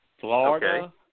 Florida